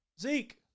Zeke